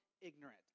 ignorant